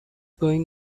going